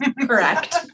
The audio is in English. Correct